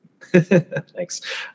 Thanks